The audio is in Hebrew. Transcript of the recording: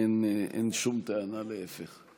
אין שום טענה, להפך.